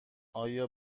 آیا